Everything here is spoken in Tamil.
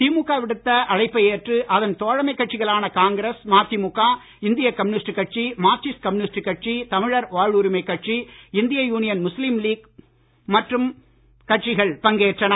திமுக விடுத்த அழைப்பை ஏற்று அதன் தோழமைக் கட்சிகளான காங்கிரஸ் மதிமுக இந்திய கம்யூனிஸ்ட் கட்சி மார்க்சிஸ்ட் கம்யூனிஸ்ட் கட்சி தமிழர் வாழ்வுரிமை கட்சி இந்திய யூனியன் முஸ்லீம் லீக் மற்றும் கட்சிகள் பங்கேற்றன